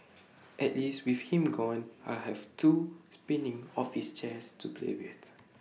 at least with him gone I'll have two spinning office chairs to play with